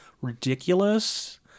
ridiculous